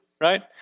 right